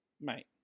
Mate